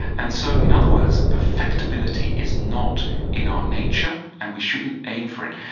and so, in other words, perfectibility is not in our nature, and we shouldn't aim for it.